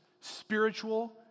spiritual